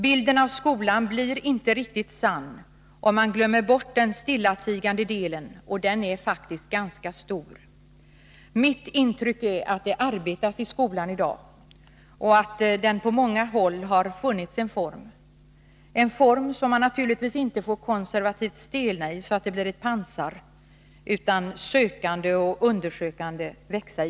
Bilden av skolan blir inte riktigt sann, om man glömmer bort den stillatigande delen, och den är faktiskt ganska stor. Mitt intryck är att det arbetas i skolan i dag och att den på många håll har funnit sin form, en form som man naturligtvis inte får konservativt stelna i, så att den blir ett pansar, utan sökande och undersökande växa i.